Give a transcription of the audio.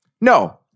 No